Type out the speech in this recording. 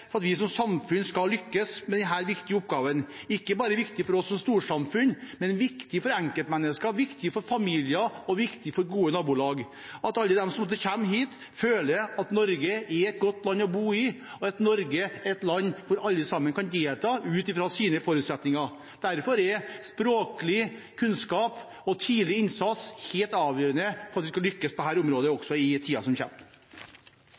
for at vi som samfunn skal lykkes med denne viktige oppgaven. Det er ikke bare viktig for oss som storsamfunn, men det er viktig for enkeltmennesker, for familier og for gode nabolag at alle de som kommer hit, føler at Norge er et godt land å bo i, og at Norge er et land der alle sammen kan delta ut fra sine forutsetninger. Derfor er språklig kunnskap og tidlig innsats helt avgjørende for at vi skal lykkes på dette området også i tiden som